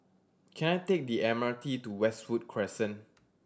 can I take the M R T to Westwood Crescent